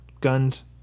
guns